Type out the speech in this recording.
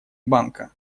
банка